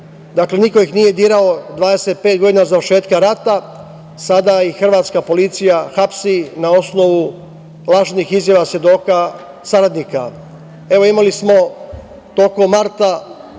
Dakle, niko ih nije dirao 25 godina od završetka rata, a sada ih hrvatska policija hapsi na osnovu lažnih izjava svedoka saradnika. Imali smo tokom marta